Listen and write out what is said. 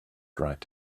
write